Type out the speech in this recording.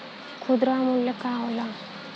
खुदरा मूल्य का होला?